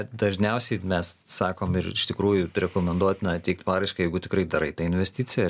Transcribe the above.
dažniausiai mes sakom ir iš tikrųjų rekomenduotina teikt paraišką jeigu tikrai darai tą investiciją